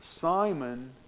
Simon